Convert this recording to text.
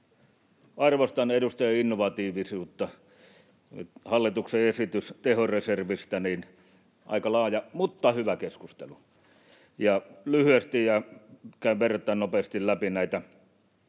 Arvostan, edustaja, innovatiivisuutta. — Hallituksen esitys tehoreservistä, aika laaja, mutta hyvä keskustelu. Lyhyesti ja verrattain nopeasti käyn läpi näitä.